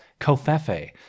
Kofefe